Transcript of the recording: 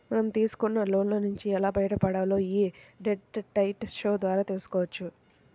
మనం తీసుకున్న లోన్ల నుంచి ఎలా బయటపడాలో యీ డెట్ డైట్ షో ద్వారా తెల్సుకోవచ్చు